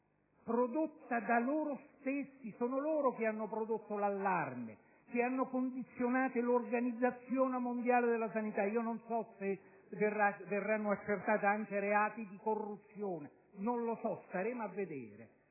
prodotta da se stessa (sono loro che hanno prodotto l'allarme, che hanno condizionato l'Organizzazione mondiale della sanità; non so se verranno accertati anche reati di corruzione, staremo a vedere)